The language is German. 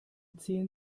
ziehen